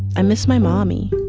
i miss my mommy.